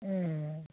उम